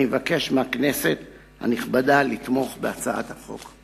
אני מבקש מהכנסת הנכבדה לתמוך בהצעת החוק.